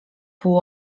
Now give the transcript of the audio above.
pół